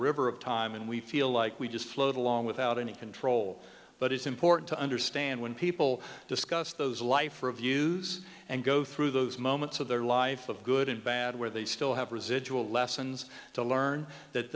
river of time and we feel like we just float along without any control but it's important to understand when people discuss those life reviews and go through those moments of their life of good and bad where they still have residual lessons to learn that